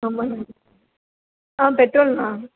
ஆமாங்க அண்ணா ஆ பெட்ரோல் அண்ணா